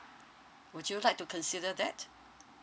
would you like to consider that